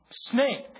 snake